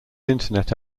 internet